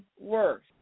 worse